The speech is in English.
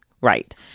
right